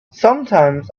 sometimes